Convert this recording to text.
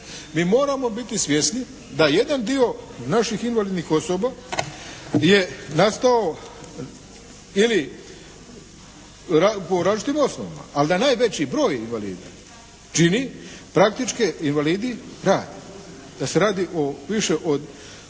mi moramo biti svjesni da jedan dio naših invalidnih osoba je nastao ili po različitim osnovama, ali da najveći broj invalida čine praktički invalidi radni, da se radi više o